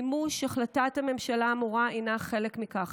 מימוש החלטת הממשלה האמורה הוא חלק מכך.